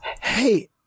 Hey